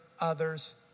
others